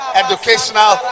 educational